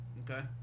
Okay